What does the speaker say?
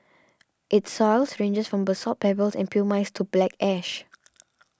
its soils range from basalt pebbles and pumice to black ash